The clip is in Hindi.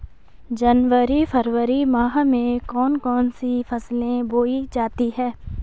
जनवरी फरवरी माह में कौन कौन सी फसलें बोई जाती हैं?